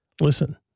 Listen